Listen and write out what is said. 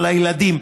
על הילדים,.